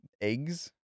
eggs